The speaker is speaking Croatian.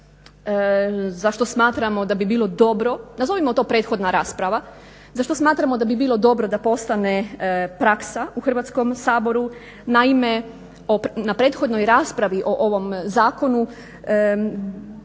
za što smatramo da bi bilo dobro da postane praksa u Hrvatskom saboru. Naime, na prethodnoj raspravi o ovom zakonu